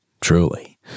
truly